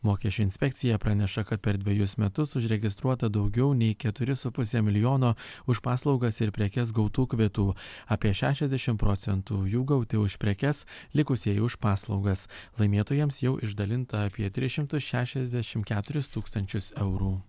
mokesčių inspekcija praneša kad per dvejus metus užregistruota daugiau nei keturi su puse milijono už paslaugas ir prekes gautų kvitų apie šešiasdešim procentų jų gauti už prekes likusieji už paslaugas laimėtojams jau išdalinta apie tris šimtus šešiasdešim keturis tūkstančius eurų